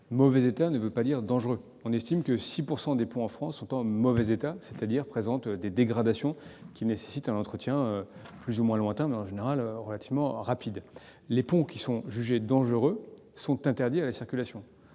mauvais état » ne veut pas dire « dangereux ». On estime que 6 % des ponts en France sont en mauvais état, c'est-à-dire qu'ils présentent des dégradations nécessitant un entretien à un horizon plus ou moins lointain, mais en général relativement proche. Les ponts qui sont jugés dangereux sont interdits à la circulation.